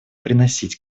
приносить